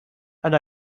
and